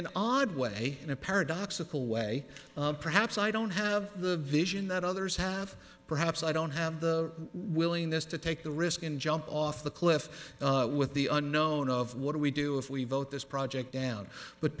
an odd way in a paradoxical way perhaps i don't have the vision that others have perhaps i don't have the willingness to take the risk and jump off the cliff with the unknown of what we do if we vote this project down but